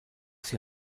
sie